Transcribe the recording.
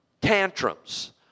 tantrums